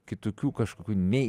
kitokių kažkokių nei